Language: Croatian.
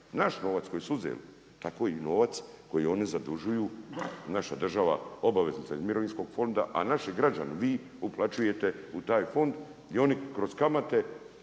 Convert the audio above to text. Naš novac koji su uzeli, tako i novac koji oni zadužuju, naša država obaveznice iz mirovinskog fonda, a naši građani, vi uplaćujete u taj fond gdje oni kroz kamate,